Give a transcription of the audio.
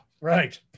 right